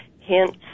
Hints